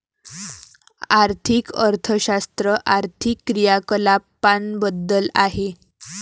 आर्थिक अर्थशास्त्र आर्थिक क्रियाकलापांबद्दल आहे